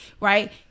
right